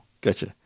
Gotcha